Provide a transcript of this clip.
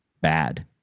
bad